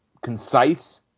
concise